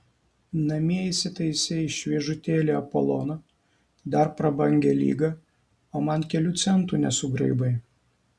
namie įsitaisei šviežutėlį apoloną dar prabangią ligą o man kelių centų nesugraibai